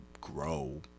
grow